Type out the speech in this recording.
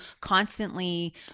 constantly